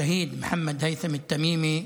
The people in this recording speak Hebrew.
השהיד מוחמד היית'ם תמימי,